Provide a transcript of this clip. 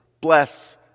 bless